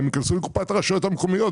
הם ייכנסו לקופת הרשויות המקומיות.